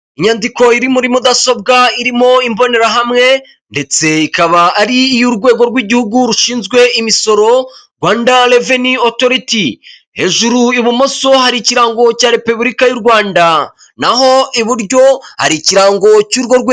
Inyandiko iri muri mudasobwa, irimo imbonerahamwe ndetse ikaba ari iy'urwego rw'igihugu rushinzwe imisoro Rwanda reveni otoriti, hejuru ibumoso hari ikirango cya Repubulika y'u Rwanda, naho iburyo hari ikirango cy'urwo rwe